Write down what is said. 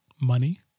money